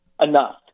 enough